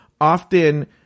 often